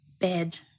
bed